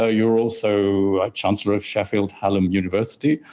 ah you are also chancellor of sheffield hallam university,